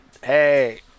hey